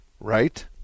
right